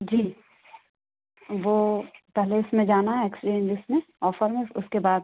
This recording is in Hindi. जी वो पहले उस में जाना है एक्सचेंज उस में ऑफर में उस उसके बाद